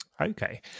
okay